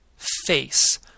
Face